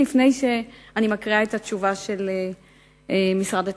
לפני שאני מקריאה את התשובה של משרד התקשורת.